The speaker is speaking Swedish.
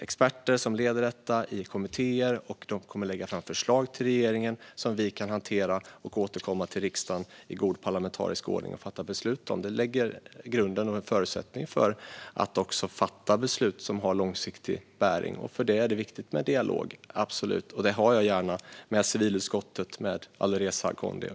Experter leder detta arbete i kommittéer, och de kommer att lägga fram förslag för regeringen som vi kan hantera så att vi i god parlamentarisk ordning kan återkomma till riksdagen och fatta beslut. Detta lägger grunden och är en förutsättning för att kunna fatta beslut som har långsiktig bäring. För detta är det viktigt med dialog, absolut, och det har jag gärna med civilutskottet och Alireza Akhondi.